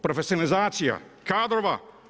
Profesionalizacija kadrova.